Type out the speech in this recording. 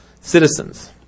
citizens